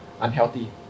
unhealthy